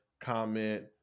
comment